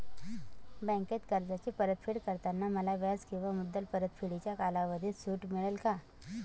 बँकेत कर्जाची परतफेड करताना मला व्याज किंवा मुद्दल परतफेडीच्या कालावधीत सूट मिळेल का?